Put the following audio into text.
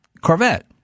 Corvette